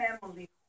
family